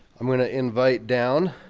i'm gonna invite down